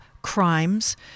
Crimes